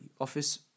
office